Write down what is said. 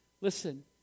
Listen